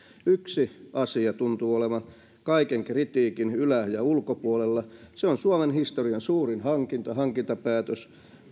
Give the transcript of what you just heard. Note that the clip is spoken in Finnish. yksi asia tuntuu olevan kaiken kritiikin ylä ja ulkopuolella se on suomen historian suurin hankintapäätös